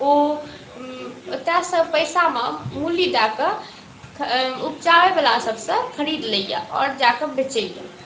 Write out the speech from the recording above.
ओ ओतऽसँ पइसामे मूल्य दऽ कऽ उपजाबैवला सबसँ खरीद लै अइ आओर जाकऽ बेचैए